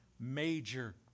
major